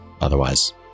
otherwise